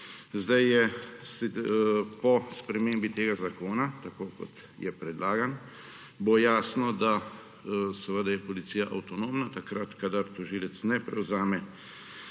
policije. Po spremembi tega zakona, tako kot je predlagan, bo jasno, da seveda je policija avtonomna takrat, kadar tožilec ne prevzame